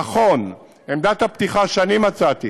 נכון, עמדת הפתיחה שמצאתי